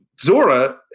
Zora